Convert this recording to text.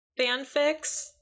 fanfics